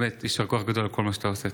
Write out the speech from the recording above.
יישר כוח גדול על כל מה שאתה עושה.